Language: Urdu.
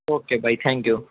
اوکے بھائی تھیکن یو